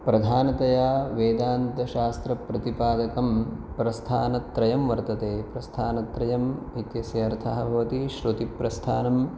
प्रधानतया वेदान्तशास्त्रप्रतिपादकं प्रस्थानत्रयं वर्तते प्रस्थानत्रयम् इत्यस्य अर्थः भवति श्रुतिप्रस्थानम्